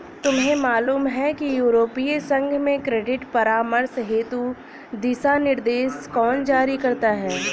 तुम्हें मालूम है कि यूरोपीय संघ में क्रेडिट परामर्श हेतु दिशानिर्देश कौन जारी करता है?